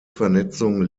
vernetzung